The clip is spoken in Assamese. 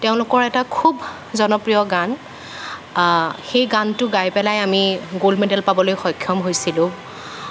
তেওঁলোকৰ এটা খুব জনপ্ৰিয় গান সেই গানটো গাই পেলাই আমি গ'ল্ড মেডেল পাবলৈ সক্ষম হৈছিলোঁ